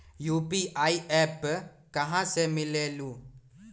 UPI app कहा से मिलेलु?